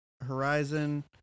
horizon